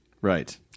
Right